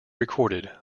recorded